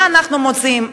מה אנחנו מוציאים,